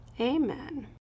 Amen